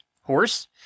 horse